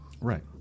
right